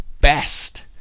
best